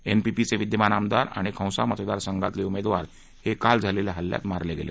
NPP चे विद्यमान आमदार आणि खोंसा मतदारसंघातले उमेदवार हे काल झालेल्या हल्ल्यात मारले गेले